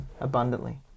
abundantly